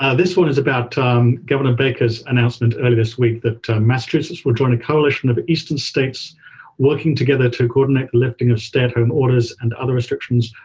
and this one is about governor becker's announcement early this week that massachusetts will join a coalition of eastern states working together to coordinate lifting our stay-at-home orders and other restrictions.